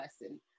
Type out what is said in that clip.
person